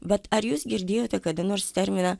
bet ar jūs girdėjote kada nors terminą